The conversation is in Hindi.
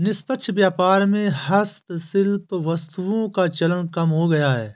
निष्पक्ष व्यापार में हस्तशिल्प वस्तुओं का चलन कम हो गया है